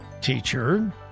teacher